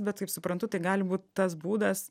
bet kaip suprantu tai gali būt tas būdas